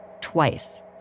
Twice